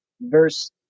verse